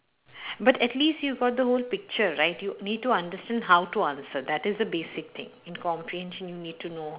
but at least you got the whole picture right you need to understand how to answer that is the basic thing in comprehension you need to know